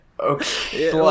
Okay